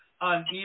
on